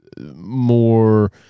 more